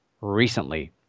recently